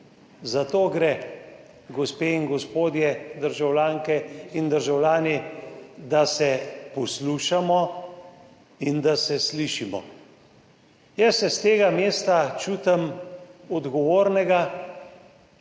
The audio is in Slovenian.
Za to gre, gospe in gospodje, državljanke in državljani, da se poslušamo in da se slišimo. Jaz se s tega mesta čutim odgovornega